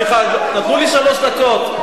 סליחה, נתנו לי שלוש דקות.